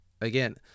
again